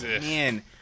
Man